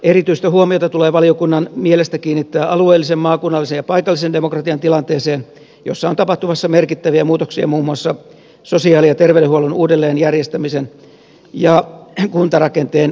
erityistä huomiota tulee valiokunnan mielestä kiinnittää alueellisen maakunnallisen ja paikallisen demokratian tilanteeseen jossa on tapahtumassa merkittäviä muutoksia muun muassa sosiaali ja terveydenhuollon uudelleenjärjestämisen ja kuntarakenteen uudistumisen myötä